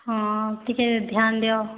ହଁ ଟିକେ ଧ୍ୟାନ୍ ଦିଅ